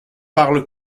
parle